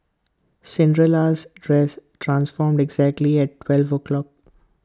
Cinderella's dress transformed exactly at twelve o'clock